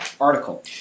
article